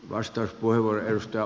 arvoisa puhemies